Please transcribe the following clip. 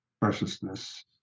preciousness